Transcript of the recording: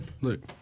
Look